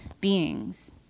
beings